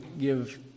give